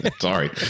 Sorry